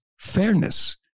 fairness